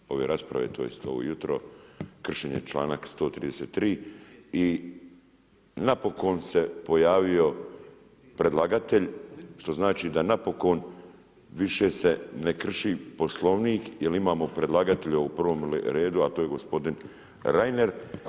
Cijelu večer ove rasprave tj. ujutro kršen je članak 133. i napokon se pojavio predlagatelj što znači da napokon više se ne krši Poslovnik jer imamo predlagatelja u prvom redu, a to je gospodin Reiner.